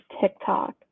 TikTok